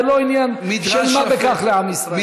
אני מברך, זה לא עניין של מה בכך לעם ישראל.